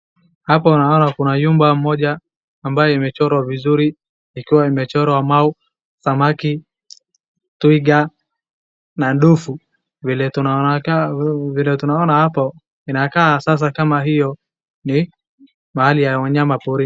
Hapa naona kuna nyumba moja ambayo imechorwa vizuri ikiwa imechorwa mau, samaki, twiga na ndovu. Vile tunaona hapo inakaa sasa kama hiyo ni mahali ya wanyama porini.